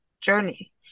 journey